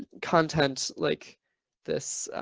content like this.